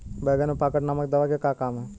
बैंगन में पॉकेट नामक दवा के का काम ह?